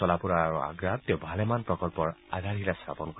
ছলাপুৰ আৰু আগ্ৰাত তেওঁ ভালেমান প্ৰকল্পৰ আধাৰশিলা স্থাপন কৰিব